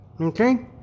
Okay